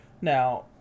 Now